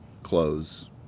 Clothes